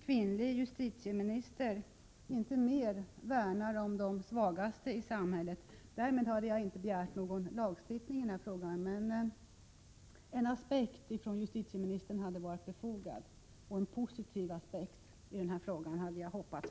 kvinnlig justitieminister inte mer värnar om de svagaste i samhället. Men därmed har jag inte begärt någon ändring av lagstiftningen. En synpunkt från justitieministern hade varit befogad, och jag hade hoppats på en positiv synpunkt.